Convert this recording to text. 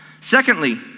Secondly